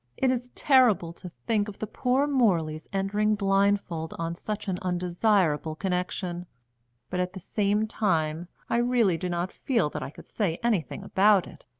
it is terrible to think of the poor morleys entering blindfold on such an undesirable connection but, at the same time, i really do not feel that i can say anything about it.